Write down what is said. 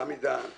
עמי דהן.